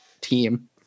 team